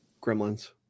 Gremlins